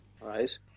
Right